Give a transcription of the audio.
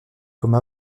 comme